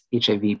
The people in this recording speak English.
HIV